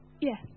Yes